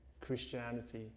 Christianity